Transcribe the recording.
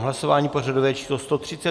Hlasování pořadové číslo 133.